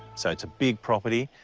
so it's a big property.